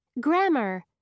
Grammar